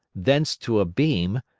thence to a beam,